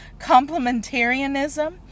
complementarianism